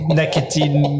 nicotine